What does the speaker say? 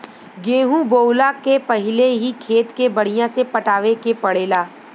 गेंहू बोअला के पहिले ही खेत के बढ़िया से पटावे के पड़ेला